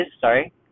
sorry